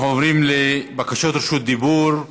אנחנו עוברים לבקשות רשות דיבור.